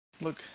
Look